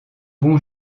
bon